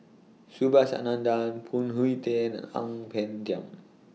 Subhas Anandan Phoon Tien and Ang Peng Tiam